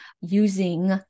using